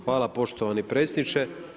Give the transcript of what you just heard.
Hvala poštovani predsjedniče.